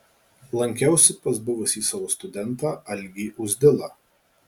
lankiausi pas buvusį savo studentą algį uzdilą